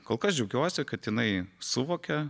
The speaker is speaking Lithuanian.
kol kas džiaugiuosi kad jinai suvokia